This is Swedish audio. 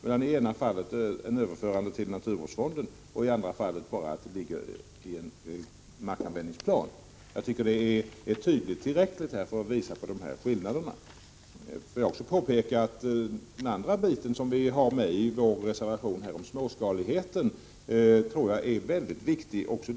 I det ena fallet är det fråga om ett överförande till naturvårdsfonden. I det andra fallet ligger området kvar i markanvändningsplanen. Jag tycker att detta är tillräckligt tydligt för att visa dessa skillnader. Jag vill också påpeka att jag tror att småskaligheten, som vi också tar upp i reservationen, är mycket viktig.